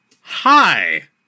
hi